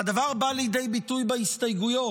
והדבר בא לידי ביטוי בהסתייגויות,